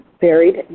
varied